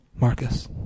Marcus